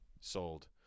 sold